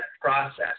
process